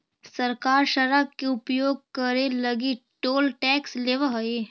सरकार सड़क के उपयोग करे लगी टोल टैक्स लेवऽ हई